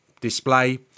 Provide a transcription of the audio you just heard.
display